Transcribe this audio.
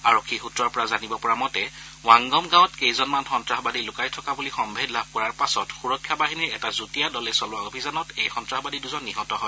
আৰক্ষী সূত্ৰৰ পৰা জানিব পৰা মতে ৱাংগম গাঁৱত কেইজনমান সন্ত্ৰাসবাদী লুকাই থকা বুলি সম্ভেদ লাভ কৰাৰ পাছত সুৰক্ষা বাহিনীৰ এটা যুটীয়া দলে চলোৱা অভিযানত এই সন্ত্ৰাসবাদী দুজন নিহত হয়